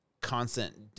constant